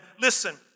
Listen